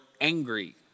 angry